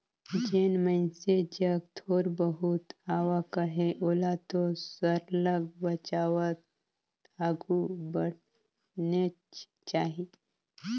जेन मइनसे जग थोर बहुत आवक अहे ओला तो सरलग बचावत आघु बढ़नेच चाही